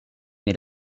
mais